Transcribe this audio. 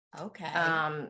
Okay